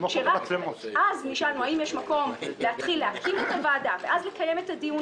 לא יעזור לכם.